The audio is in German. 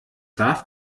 darf